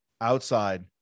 outside